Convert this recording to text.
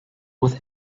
with